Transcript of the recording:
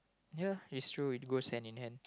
ya it's true it goes hand in hand